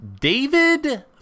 David